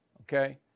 okay